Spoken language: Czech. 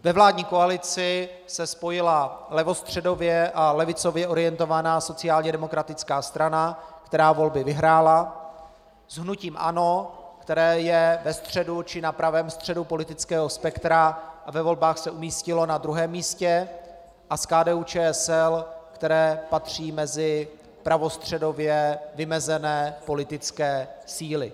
Ve vládní koalici se spojila levostředově a levicově orientovaná sociálně demokratická strana, která volby vyhrála, s hnutím ANO, které je ve středu či na pravém středu politického spektra a ve volbách se umístilo na druhém místě, a s KDUČSL, které patří mezi pravostředově vymezené politické síly.